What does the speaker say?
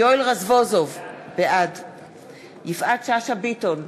יואל רזבוזוב, בעד יפעת שאשא ביטון,